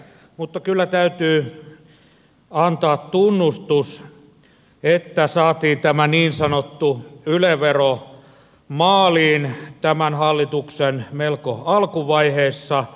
mutta kyllä täytyy antaa tunnustus että saatiin tämä niin sanottu yle vero maaliin tämän hallituksen melko alkuvaiheessa